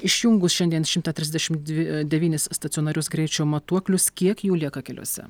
išjungus šiandien šimtą trisdešim dvi devynis stacionarius greičio matuoklius kiek jų lieka keliuose